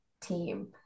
team